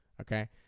Okay